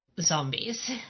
zombies